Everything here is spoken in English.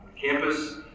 campus